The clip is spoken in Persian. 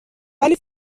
ولی